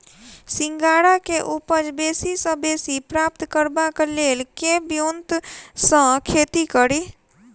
सिंघाड़ा केँ उपज बेसी सऽ बेसी प्राप्त करबाक लेल केँ ब्योंत सऽ खेती कड़ी?